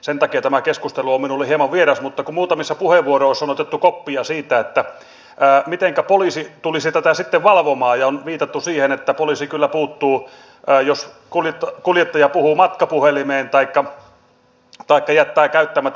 sen takia tämä keskustelu on minulle hieman vieras mutta muutamissa puheenvuoroissa on otettu koppia siitä mitenkä poliisi tulisi tätä valvomaan ja on viitattu siihen että poliisi kyllä puuttuu jos kuljettaja puhuu matkapuhelimeen taikka jättää käyttämättä turvavyötä